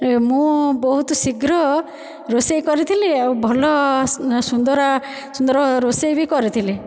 ଏ ମୁଁ ବହୁତ ଶୀଘ୍ର ରୋଷେଇ କରିଥିଲି ଆଉ ଭଲ ଏ ସୁନ୍ଦର ସୁନ୍ଦର ରୋଷେଇ ବି କରିଥିଲି